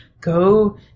go